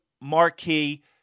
marquee